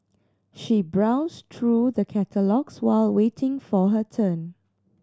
she browsed through the catalogues while waiting for her turn